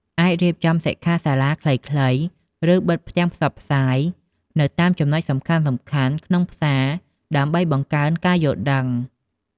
អាចរៀបចំសិក្ខាសាលាខ្លីៗ ឬបិទផ្ទាំងផ្សព្វផ្សាយនៅតាមចំណុចសំខាន់ៗក្នុងផ្សារដើម្បីបង្កើនការយល់ដឹង។